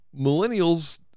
millennials